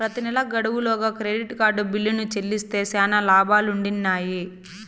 ప్రెతి నెలా గడువు లోగా క్రెడిట్ కార్డు బిల్లుని చెల్లిస్తే శానా లాబాలుండిన్నాయి